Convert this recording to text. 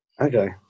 Okay